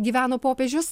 gyveno popiežius